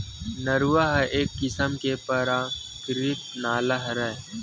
नरूवा ह एक किसम के पराकिरितिक नाला हरय